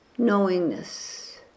knowingness